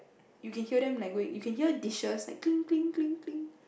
you can hear them like going you can hear dishes like cling cling cling